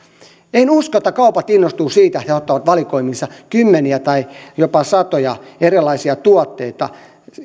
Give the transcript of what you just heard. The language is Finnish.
en usko että kaupat innostuvat siitä ja ottavat valikoimiinsa kymmeniä tai jopa satoja erilaisia tuotteita